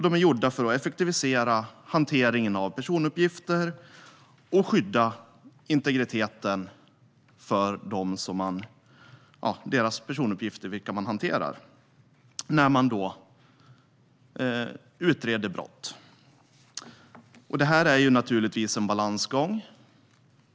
De är gjorda för att effektivisera hanteringen av personuppgifter och skydda integriteten för dem vars personuppgifter man hanterar när man utreder brott. Det här är naturligtvis en balansgång.